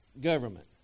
government